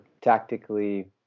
tactically